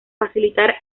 facilitar